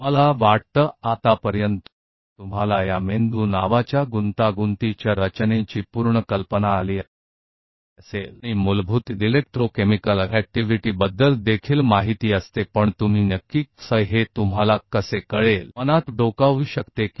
मुझे लगता है कि अब तक आपको ब्रेन नामक इस जटिल संरचना का पूरा अंदाजा हो चुका होगा और बेसिक इलेक्ट्रीक केमिकल गतिविधि के बारे में भी पता चल गया होगा लेकिन आप इसे कैसे जानते हैं आप वास्तव में कैसे मन में झांक सकते हैं